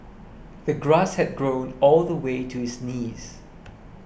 the grass had grown all the way to his knees